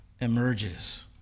emerges